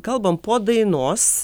kalbam po dainos